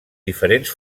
diferents